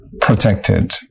protected